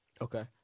Okay